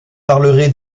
parlerai